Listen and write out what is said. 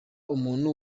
umuntu